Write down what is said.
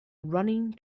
running